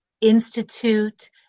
Institute